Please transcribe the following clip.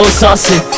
saucy